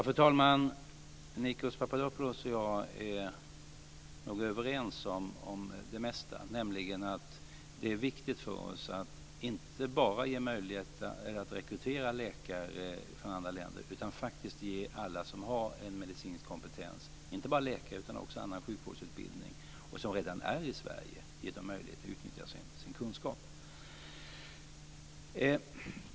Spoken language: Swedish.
Fru talman! Nikos Papadopoulos och jag är nog överens om det mesta. Det är viktigt för oss att inte bara rekrytera läkare från andra länder utan också ge alla som har en medicinsk kompetens - det gäller inte bara läkare, utan också annan sjukvårdspersonal - som redan finns i Sverige en möjlighet att utnyttja sin kunskap.